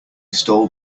stole